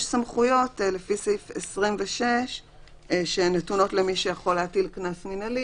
יש סמכויות לפי סעיף 26 שהן נתונות למי שיכול להטיל קנס מנהלי,